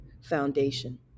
Foundation